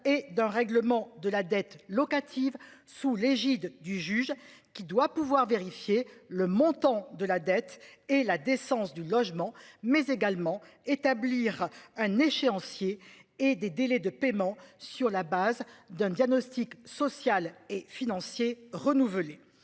et d'un règlement de la dette locative sous l'égide du juge qui doit pouvoir vérifier le montant de la dette et la décence du logement mais également établir un échéancier et des délais de paiement sur la base d'un diagnostic social et financier renouvelé